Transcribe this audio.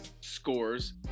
scores